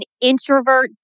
introvert